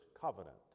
covenant